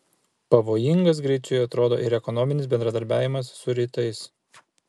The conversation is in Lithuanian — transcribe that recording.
pavojingas griciui atrodo ir ekonominis bendradarbiavimas su rytais